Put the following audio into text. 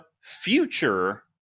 future